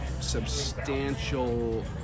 substantial